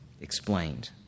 explained